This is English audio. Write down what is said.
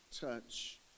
touch